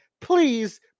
please